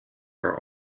are